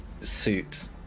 suit